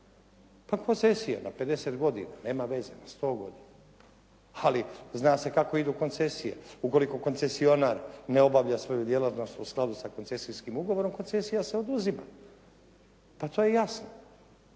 pa koncesija na 50 godina, nema veze na 100 godina. Ali zna se kako idu koncesije, ukoliko koncesionar ne obavlja svoju djelatnost u skladu sa koncesijskim ugovorom, koncesija se oduzima pa to je jasno.